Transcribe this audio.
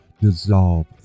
dissolve